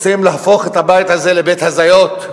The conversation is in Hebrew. רוצים להפוך את הבית הזה לבית הזיות,